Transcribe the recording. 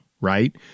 right